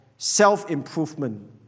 self-improvement